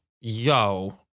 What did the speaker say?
yo